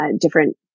different